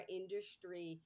industry